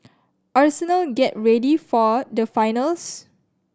arsenal get ready for the finals